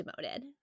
demoted